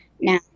Now